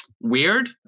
weird